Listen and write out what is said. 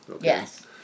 Yes